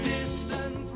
Distant